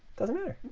doesn't matter,